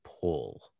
pull